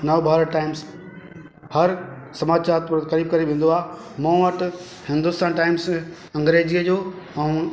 Navbharat times हर समाचार पू क़रीब क़रीब ईंदो आहे मां वटि हिंदुस्तान टाइम्स अंग्रेजीअ जो ऐं